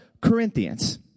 Corinthians